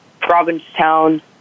Provincetown